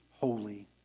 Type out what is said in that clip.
holy